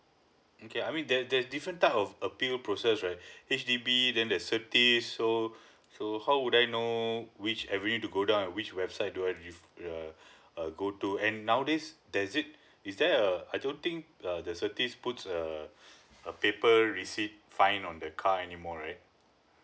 okay I mean that there's different type of appeal process right H_D_B then the certis so so how would I know which I really need to go down in which website do I re~ uh uh go to and nowadays there is it is there a I don't think uh the certis puts a a a paper receipt fine on the car anymore right